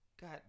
God